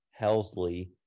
Helsley